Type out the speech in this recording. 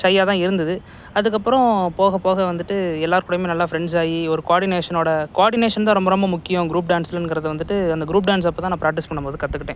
ஷையாக தான் இருந்தது அதுக்கப்புறம் போக போக வந்துட்டு எல்லாேர் கூடேயுமே நல்லா ஃப்ரெண்ட்ஸ் ஆகி ஒரு குவாடினேஷனோடு குவாடினேஷன் தான் ரொம்ப ரொம்ப முக்கியம் குரூப் டான்ஸ்லங்கிறத வந்துட்டு அந்த குரூப் டான்ஸ் அப்போ தான் நான் ப்ராக்டிஸ் பண்ணும் போது கற்றுக்குட்டேன்